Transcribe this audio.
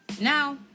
now